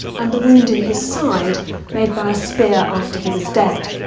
and the wound in his side made by a spear after he was dead.